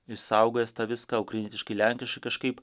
išsaugojęs tą viską ukrainietiškai lenkiškai kažkaip